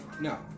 No